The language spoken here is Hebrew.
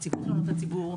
נציבות תלונות הציבור,